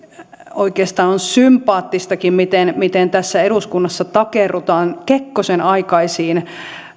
oikeastaan on sympaattistakin miten miten tässä eduskunnassa takerrutaan kekkosen aikaisiin